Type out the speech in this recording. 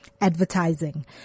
advertising